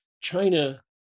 China